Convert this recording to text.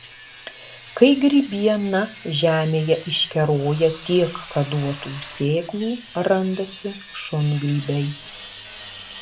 kai grybiena žemėje iškeroja tiek kad duotų sėklų randasi šungrybiai